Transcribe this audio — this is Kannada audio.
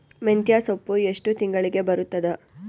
ಮೆಂತ್ಯ ಸೊಪ್ಪು ಎಷ್ಟು ತಿಂಗಳಿಗೆ ಬರುತ್ತದ?